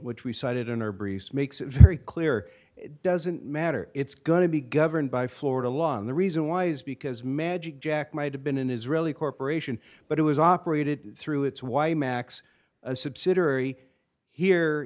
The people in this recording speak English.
which we cited in our briefs makes it very clear it doesn't matter it's going to be governed by florida law and the reason why is because magic jack might have been an israeli corporation but it was operated through its why max a subsidiary here